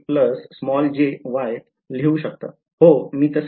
लिहू शकता हो मी असे